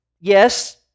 Yes